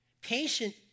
Patient